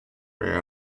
rare